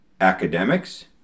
academics